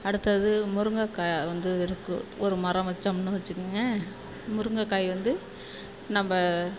அடுத்தது முருங்கக்காய் வந்து இருக்குது ஒரு மரம் வெச்சோம்னா வெச்சுக்கங்க முருங்கக்காய் வந்து நம்ப